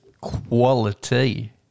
quality